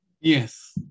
Yes